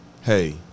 hey